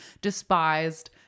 despised